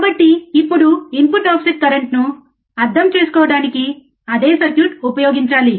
కాబట్టి ఇప్పుడు input offset కరెంట్ను అర్థం చేసుకోవడానికి అదే సర్క్యూట్ ఉపయోగించాలి